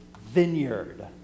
vineyard